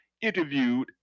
interviewed